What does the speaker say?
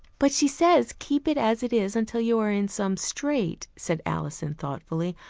but she says, keep it as it is until you are in some strait said alison thoughtfully.